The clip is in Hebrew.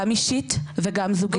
גם אישית וגם זוגית.